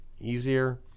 easier